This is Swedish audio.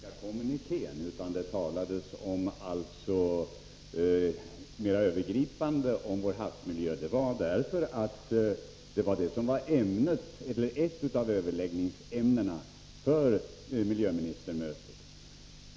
Herr talman! Anledningen till att den här frågan inte nämndes i den svenska kommunikén utan det talades mera övergripande om vår havsmiljö var att detta var ett av överläggningsämnena vid miljöministermötet.